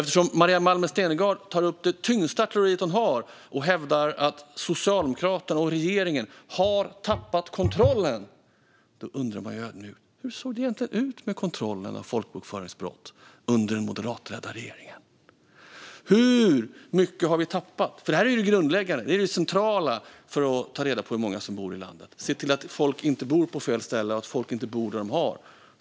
Eftersom Maria Malmer Stenergard tar upp det tyngsta artilleriet hon har och hävdar att Socialdemokraterna och regeringen har tappat kontrollen undrar man ödmjukt: Hur såg det egentligen ut med kontrollen av folkbokföringsbrott under den moderatledda regeringen? Hur mycket har vi tappat? Det här är det grundläggande och centrala för att ta reda på hur många som bor i landet, se till att människor inte bor på fel ställe och om människor inte bor där de är.